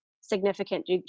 significant